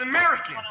American